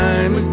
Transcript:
Time